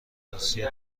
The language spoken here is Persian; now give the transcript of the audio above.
عروسی